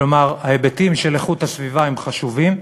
כלומר, ההיבטים של איכות הסביבה הם חשובים,